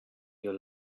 your